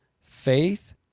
faith